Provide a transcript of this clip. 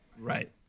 Right